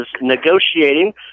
negotiating